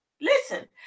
Listen